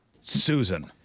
Susan